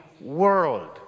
world